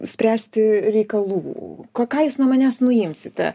spręsti reikalų ko ką jis nuo manęs nuimsite